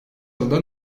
yılda